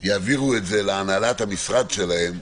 יעבירו את זה להנהלת המשרד שלהם,